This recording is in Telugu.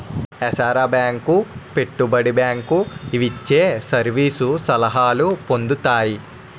ఏసార బేంకు పెట్టుబడి బేంకు ఇవిచ్చే సర్వీసు సలహాలు పొందుతాయి